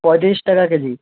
পঁয়ত্রিশ টাকা কেজি